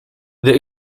the